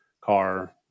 car